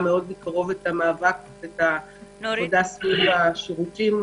מקרוב את המאבק ואת העבודה סביב השירותים,